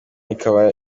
ikaba